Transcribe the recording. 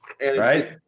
right